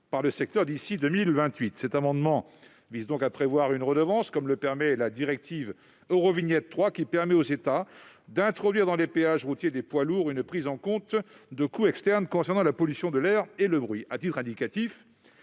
par le secteur d'ici à 2028. Cet amendement vise à prévoir une redevance, comme le permet la directive Eurovignette 3, qui autorise les États à introduire dans les péages routiers des poids lourds une prise en compte de coûts externes concernant la pollution de l'air et le bruit.